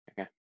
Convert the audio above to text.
Okay